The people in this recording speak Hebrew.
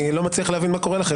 אני לא מצליח להבין מה קורה לכם.